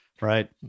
right